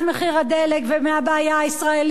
ומהבעיה הישראלית האמיתית,